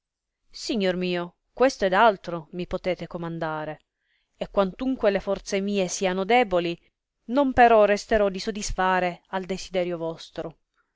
signor mio questo ed altro mi potete comandare e quantunque le forze mie siano deboli non però resterò di sodisfare al desiderio vostro